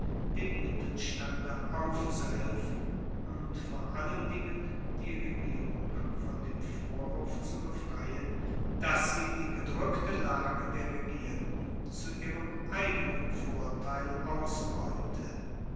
dem mittelstande aufzuhelfen und vor allen dingen die regierung von dem vorwurf zu befreien dass sie die gedrueckte lage der regierten zu ihrem eigenen vorteil ausbeute